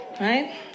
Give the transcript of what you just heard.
Right